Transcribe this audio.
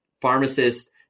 pharmacist